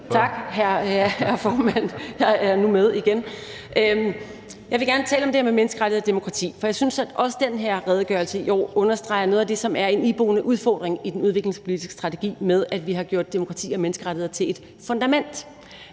for mit vedkommende. Jeg vil gerne tale om det her med menneskerettigheder og demokrati, for jeg synes, at også redegørelsen i år understreger noget af det, som er en iboende udfordring i den udviklingspolitiske strategi, når vi har gjort demokrati og menneskerettigheder til et fundament,